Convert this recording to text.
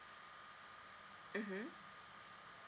(uh huh)